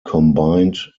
combined